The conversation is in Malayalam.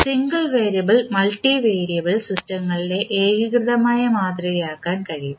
സിംഗിൾ വേരിയബിൾ മൾട്ടിവയറബിൾ സിസ്റ്റങ്ങളെ ഏകീകൃതമായി മാതൃകയാക്കാൻ കഴിയും